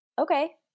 okay